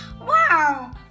Wow